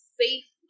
safe